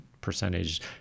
percentage